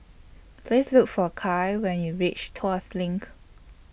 Please Look For Kya when YOU REACH Tuas LINK